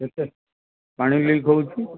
କେତେ ପାଣି ଲିକ୍ ହଉଛି